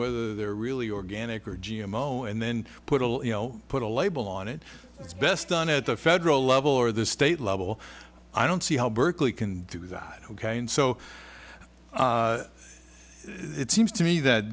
whether they're really organic or g m o and then put a you know put a label on it that's best done at the federal level or the state level i don't see how berkeley can do that so it seems to me that